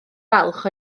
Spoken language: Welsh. falch